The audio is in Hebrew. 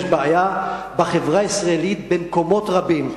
יש בעיה בחברה הישראלית במקומות רבים,